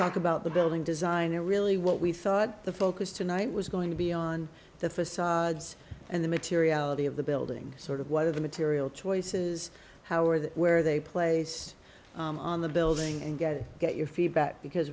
talk about the building design and really what we thought the focus tonight was going to be on the facades and the materiality of the building sort of what are the material choices how are they where they place on the building and get to get your feedback because